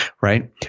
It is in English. right